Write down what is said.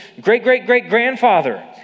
great-great-great-grandfather